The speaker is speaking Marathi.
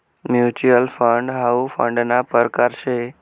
म्युच्युअल फंड हाउ फंडना परकार शे